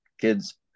kids